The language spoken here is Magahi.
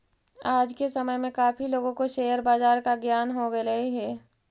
आज के समय में काफी लोगों को शेयर बाजार का ज्ञान हो गेलई हे